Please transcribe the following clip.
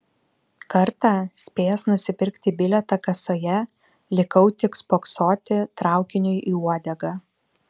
kartą spėjęs nusipirkti bilietą kasoje likau tik spoksoti traukiniui į uodegą